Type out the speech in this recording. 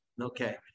Okay